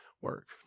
work